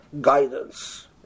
guidance